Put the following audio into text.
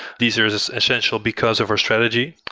these are essential, because of our strategy.